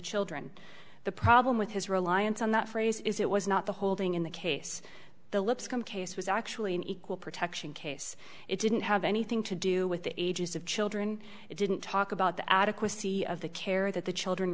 children the problem with his reliance on that phrase is it was not the holding in the case the lipscomb case was actually an equal protection case it didn't have anything to do with the ages of children it didn't talk about the adequacy of the care that the children